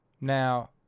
Now